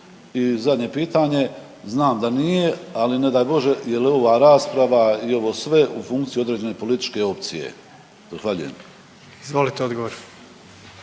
I zadnje pitanje, znam da nije, ali ne daj Bože je li ova rasprava i ovo sve u funkciji određene političke opcije? Zahvaljujem.